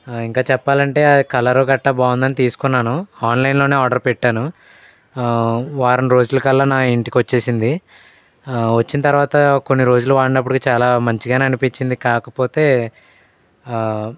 ఇంకా చెప్పాలంటే కలరు గట్టా బాగుందని తీసుకున్నాను ఆన్లైన్లోనే ఆర్డర్ పెట్టాను వారం రోజుల కల్లా నా ఇంటికి వచ్చేసింది వచ్చిన తరువాత కొన్ని రోజులు వాడినప్పటికీ చాలా మంచిగానే అనిపించింది కాకపోతే